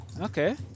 Okay